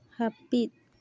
ᱦᱟᱹᱯᱤᱫ